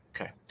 Okay